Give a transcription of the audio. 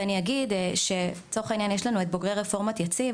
אני אגיד שצורך העניין יש לנו את בוגרי רפורמת יציב,